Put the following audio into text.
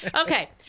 Okay